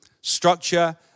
structure